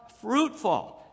fruitful